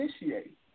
initiate